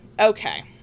Okay